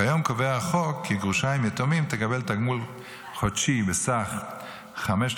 כיום קובע החוק כי גרושה עם יתומים תקבל תגמול חודשי בסך 5,800